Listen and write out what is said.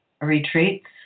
retreats